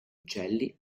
uccelli